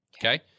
okay